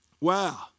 Wow